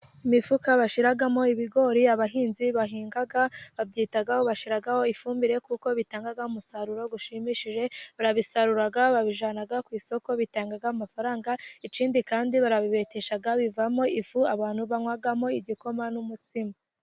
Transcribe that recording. Imifuka bashyiramo ibigori, abahinzi bahinga, babyitaho bashyiraho ifumbire, kuko bitanga umusaruro ushimishije, barabisarura, babijyana ku isoko, batanga amafaranga, ikindi barabibetesha, kandi bivamo ifu, abantu banywamo igikoma.